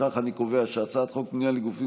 לפיכך אני קובע שהצעת חוק פנייה לגופים